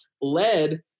led